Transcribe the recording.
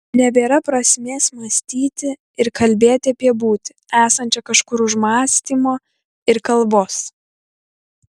nebėra prasmės mąstyti ir kalbėti apie būtį esančią kažkur už mąstymo ir kalbos